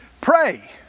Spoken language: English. Pray